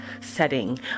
setting